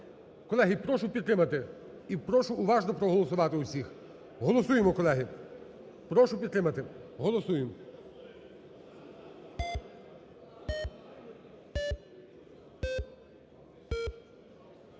Колеги, прошу підтримати і прошу уважно проголосувати всіх. Голосуємо, колеги, прошу підтримати. Голосуємо.